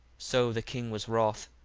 so the king was wroth,